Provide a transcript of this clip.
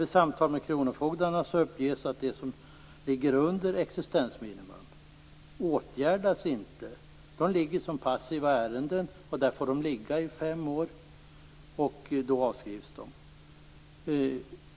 Vid samtal med kronofogdarna uppges att de fall där sökande ligger under existensminimum åtgärdas inte. De ligger som passiva ärenden, och där får de ligga i fem år. Därefter avskrivs de.